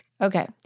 Okay